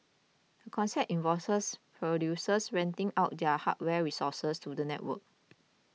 concept involves producers renting out their hardware resources to the network